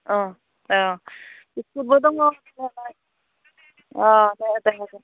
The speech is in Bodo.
औ औ बिस्कुटबो दङ अ दे जागोन दे